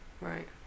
Right